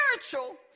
spiritual